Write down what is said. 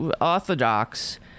orthodox